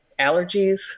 allergies